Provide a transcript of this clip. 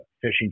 fishing